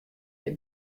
mear